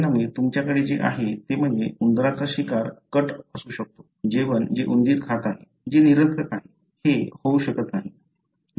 परिणामी तुमच्याकडे जे आहे ते म्हणजे उंदराचा शिकारी कट असू शकतो जेवण जे उंदीर खात आहे जे निरर्थक आहे ते होऊ शकत नाही